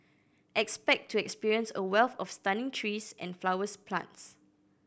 expect to experience a wealth of stunning trees and flowers plants